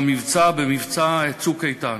במבצע, במבצע "צוק איתן".